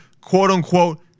quote-unquote